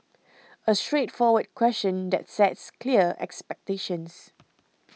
a straightforward question that sets clear expectations